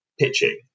pitching